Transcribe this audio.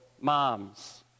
moms